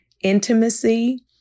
intimacy